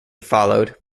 followed